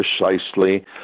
precisely